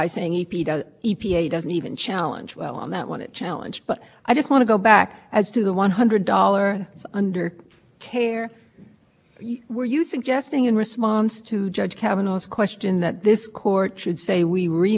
open to e p a if we've missed something to come back with some other factor that they want to argue about and we could challenge it and all that but we're not saying this court orders them to do it at one hundred dollars a ton but whatever it would be it would be a lot less than the five hundred dollars a